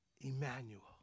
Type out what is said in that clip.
Emmanuel